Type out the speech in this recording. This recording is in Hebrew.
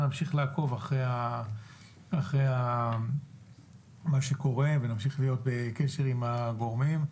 נמשיך לעקוב אחרי מה שקורה ונמשיך להיות בקשר עם הגורמים,